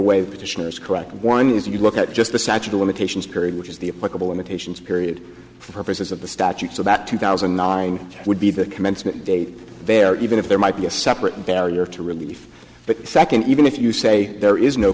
is correct one is if you look at just the statute of limitations period which is the likable limitations period for purposes of the statutes about two thousand and nine would be the commencement date there even if there might be a separate barrier to relief but second even if you say there is no